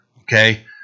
Okay